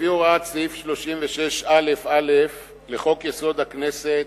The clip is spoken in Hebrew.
לפי הוראת סעיף 36א(א) לחוק-יסוד: הכנסת,